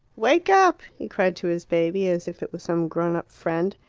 wake up! he cried to his baby, as if it was some grown-up friend.